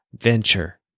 venture